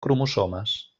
cromosomes